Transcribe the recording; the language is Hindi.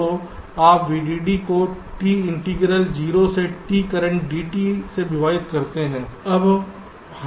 तो आप VDD को T इंटीग्रल 0 से T करंट dt से विभाजित करते हैं